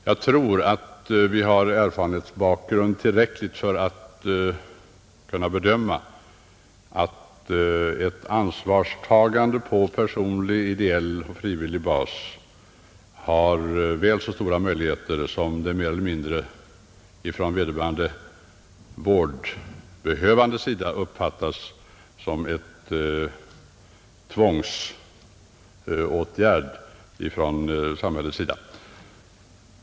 Jag tror att vi har tillräcklig erfarenhetsbakgrund för att kunna bedöma att ett ansvarstagande på personlig, ideell och frivillig bas har väl så stor möjlighet att lyckas som det allmännas insatser, som av vederbörande vårdbehövande uppfattas mer eller mindre som en tvångsåtgärd från samhällets sida.